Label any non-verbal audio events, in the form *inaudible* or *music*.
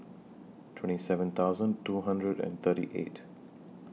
*noise* twenty seven thousand two hundred and thirty eight